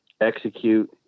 execute